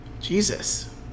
Jesus